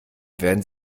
werden